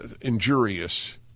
injurious